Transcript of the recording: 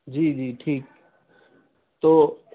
جی جی ٹھیک ہے تو